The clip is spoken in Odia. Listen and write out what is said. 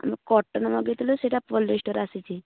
ଆଉ କଟନ ମଗାଇଥିଲୁ ସେହିଟା ପଲିଷ୍ଟର ଆସିଛି